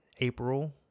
April